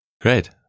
Great